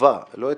החובה לא הזכות,